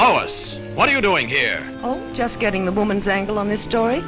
it's what are you doing here just getting the woman's angle on this toy